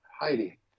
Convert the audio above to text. Heidi